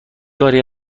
کاری